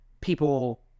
people